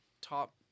top